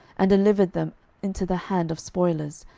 and delivered them into the hand of spoilers,